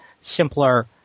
simpler